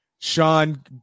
sean